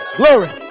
glory